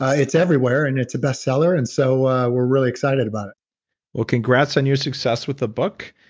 ah it's everywhere, and it's a best seller. and so we're really excited about it well, congrats on your success with the book.